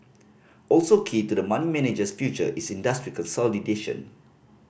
also key to the money manager's future is industry consolidation